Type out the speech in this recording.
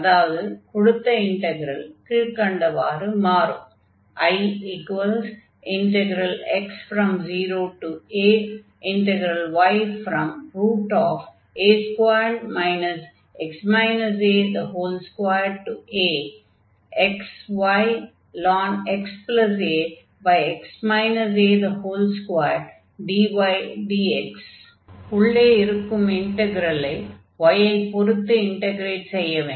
அதாவது கொடுத்த இன்டக்ரல் கீழ்க்கண்டவாறு மாறும் Ix0aya2 x a2axyln xa x a2dydx அடுத்து உள்ளே இருக்கும் இன்டக்ரலை y ஐ பொருத்து இன்டக்ரேட் செய்யவேண்டும்